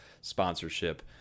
sponsorship